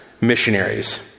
missionaries